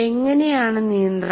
എങ്ങനെ ആണ് നിയന്ത്രണം